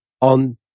on